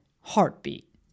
heartbeat